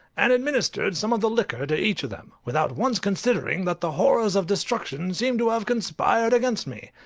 and administered some of the liquor to each of them, without once considering that the horrors of destruction seemed to have conspired against me.